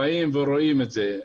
שלו,